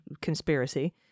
conspiracy